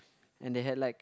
and they had like